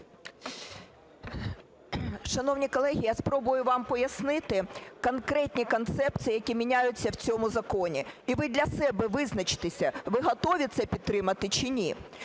Шановні колеги, я спробую вам пояснити конкретні концепції, які міняються в цьому законі, і ви для себе визначтеся, ви готові це підтримати чи ні.